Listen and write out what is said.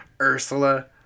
Ursula